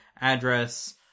address